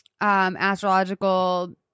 astrological